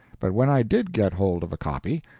but when i did get hold of a copy,